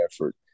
effort